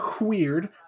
weird